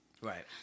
Right